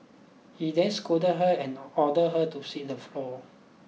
he then scolded her and ordered her to sweep the floor